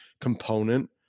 component